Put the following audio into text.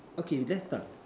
okay let's start